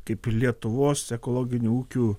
kaip lietuvos ekologinių ūkių